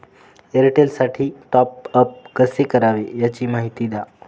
एअरटेलसाठी टॉपअप कसे करावे? याची माहिती द्या